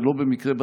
ולא במקרה,